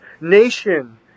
nation